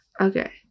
Okay